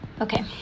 Okay